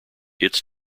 its